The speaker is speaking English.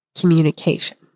communication